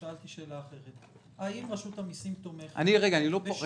שאלתי שאלה אחרת: האם רשות המסים תומכת בשינוי